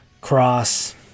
Cross